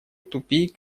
тупик